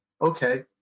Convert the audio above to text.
Okay